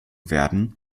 werden